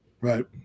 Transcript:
Right